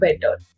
better